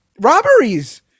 robberies